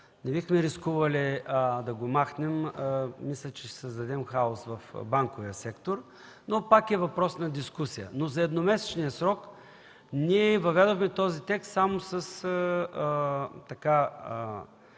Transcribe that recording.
не бихме рискували да го махнем. Мисля, че ще създадем хаос в банковия сектор. Пак е въпрос на дискусия. За едномесечния срок – ние въведохме този текст, тъй като